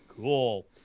Cool